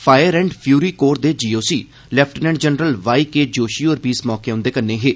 fire and fury corps दे GOC lieutenant general Y K Joshi होर बी इस मौके उंदे कन्नै हे